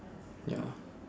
ya